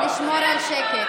בבקשה לשמור על השקט.